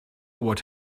what